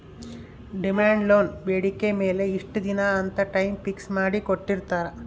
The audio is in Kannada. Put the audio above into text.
ಡಿಮಾಂಡ್ ಲೋನ್ ಬೇಡಿಕೆ ಮೇಲೆ ಇಷ್ಟ ದಿನ ಅಂತ ಟೈಮ್ ಫಿಕ್ಸ್ ಮಾಡಿ ಕೋಟ್ಟಿರ್ತಾರಾ